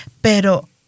pero